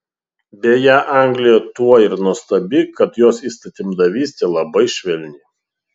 beje anglija tuo ir nuostabi kad jos įstatymdavystė labai švelni